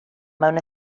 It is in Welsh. mewn